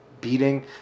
beating